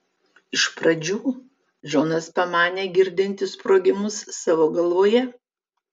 iš pradžių džonas pamanė girdintis sprogimus savo galvoje